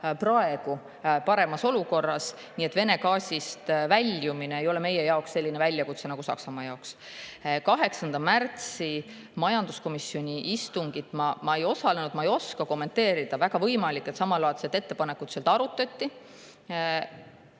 praegu paremas olukorras, nii et Vene gaasi [kasutamisest] väljumine ei ole meie jaoks selline väljakutse nagu Saksamaa jaoks. 8. märtsi majanduskomisjoni istungil ma ei osalenud, ma ei oska seda kommenteerida. Väga võimalik, et samalaadset ettepanekut seal arutati.